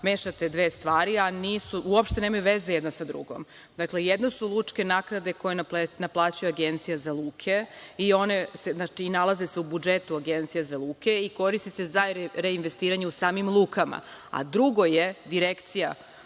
mešate dve stvari, a uopšte nemaju veze jedna sa drugom. Dakle, jedno su lučke naknade koje naplaćuje Agencija za luke i nalaze se u budžetu Agencije za luke i koriste se za reinvestiranje u samim lukama, a drugo je Direkcija